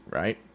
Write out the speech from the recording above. right